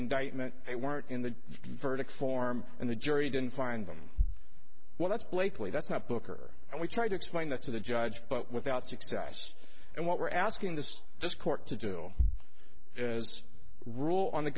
indictment they weren't in the verdict form and the jury didn't find them well that's blakeley that's not booker and we tried to explain that to the judge but without success and what we're asking the this court to do is rule on the